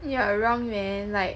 you are wrong man like